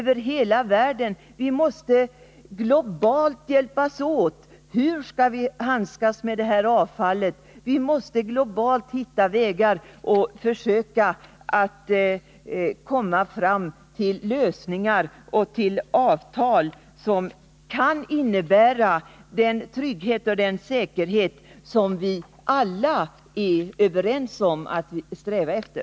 Vi måste globalt hjälpas åt för att klara problemet med hanteringen av avfallet. Det är alltså nödvändigt att globalt försöka komma fram till lösningar och avtal som kan garantera den trygghet och säkerhet som vi alla är överens om att sträva efter.